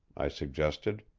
i suggested.